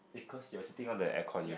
cause you're sitting on the air con you